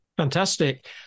Fantastic